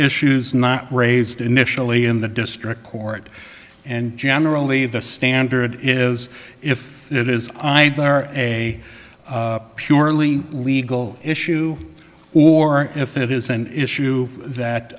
issues not raised initially in the district court and generally the standard is if it is a purely legal issue or if it is an issue that